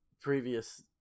previous